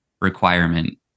requirement